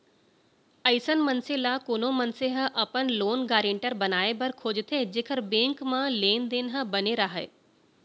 अइसन मनसे ल कोनो मनसे ह अपन लोन गारेंटर बनाए बर खोजथे जेखर बेंक मन म लेन देन ह बने राहय